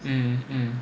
hmm hmm